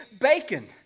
bacon